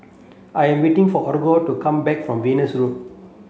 I'm waiting for Olga to come back from Venus Road